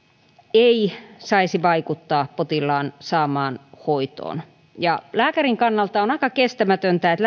ei saisi vaikuttaa potilaan saamaan hoitoon lääkärin kannalta on aika kestämätöntä että